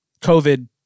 COVID